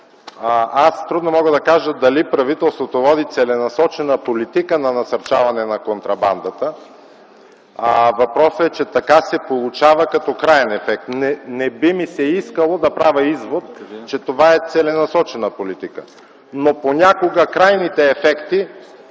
аз трудно мога да кажа дали правителството води целенасочена политика за насърчаване на контрабандата. Въпросът е, че така се получава като краен ефект. Не би ми се искало да правя извод, че това е целенасочена политика, но понякога крайните ефекти